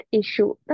issue